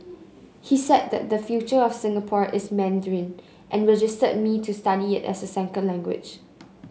he said the future of Singapore is Mandarin and registered me to study it as a second language